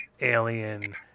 alien